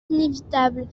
inévitable